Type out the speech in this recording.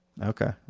Okay